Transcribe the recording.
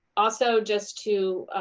also, just to